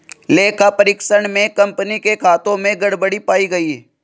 लेखा परीक्षण में कंपनी के खातों में गड़बड़ी पाई गई